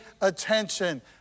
attention